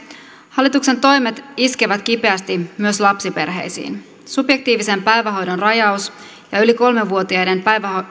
hallituksen toimet iskevät kipeästi myös lapsiperheisiin subjektiivisen päivähoidon rajaus ja yli kolmevuotiaiden